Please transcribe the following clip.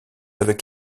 avec